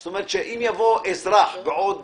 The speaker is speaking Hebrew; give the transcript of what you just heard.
כלומר אם יבוא אזרח בעוד